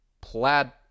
plaid